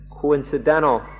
coincidental